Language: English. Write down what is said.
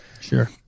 Sure